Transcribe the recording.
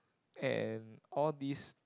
and all these